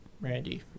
Randy